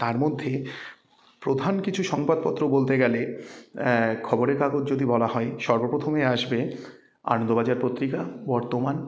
তার মধ্যে প্রধান কিছু সংবাদপত্র বলতে গেলে খবরের কাগজ যদি বলা হয় সর্বপ্রথমে আসবে আনন্দবাজার পত্রিকা বর্তমান